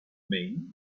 mean